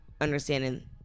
understanding